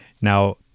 Now